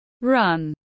run